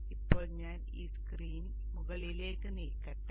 ഇപ്പോൾ ഞാൻ ഈ സ്ക്രീൻ മുകളിലേക്ക് നീക്കട്ടെ